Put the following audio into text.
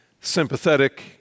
sympathetic